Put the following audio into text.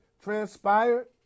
transpired